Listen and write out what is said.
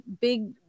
big